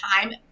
time